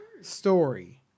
story